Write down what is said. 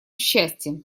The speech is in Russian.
счастья